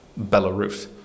belarus